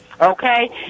Okay